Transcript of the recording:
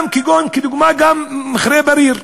דוגמה: גם מכרה בריר,